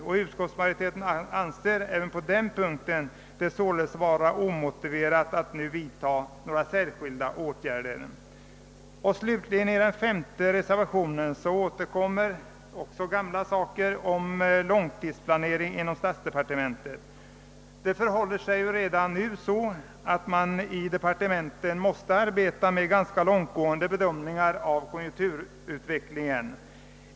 även på denna punkt anser utskot tet således att det är omotiverat att vidtaga några särskilda åtgärder. Reservationen 5 slutligen avser »långtidsplanering inom statsdepartementen». Man måste redan nu inom departementen arbeta med ganska långtgående bedömningar av konjunkturutvecklingen.